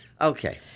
Okay